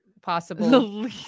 possible